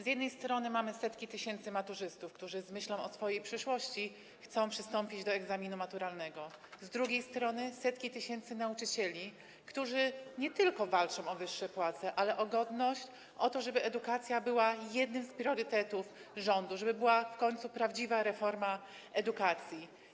Z jednej strony mamy setki tysięcy maturzystów, którzy z myślą o swojej przyszłości chcą przystąpić do egzaminu maturalnego, z drugiej strony setki tysięcy nauczycieli, którzy nie tylko walczą o wyższe płace, ale i o godność, o to, żeby edukacja była jednym z priorytetów rządu, żeby była w końcu prawdziwa reforma edukacji.